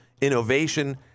innovation